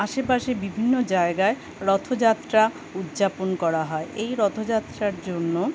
আশেপাশে বিভিন্ন জায়গায় রথযাত্রা উদযাপন করা হয় এই রথযাত্রার জন্য